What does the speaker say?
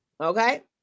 Okay